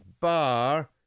bar